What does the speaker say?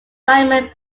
simon